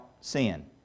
sin